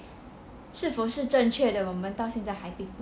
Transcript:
是否是正确的我们到现在还不知道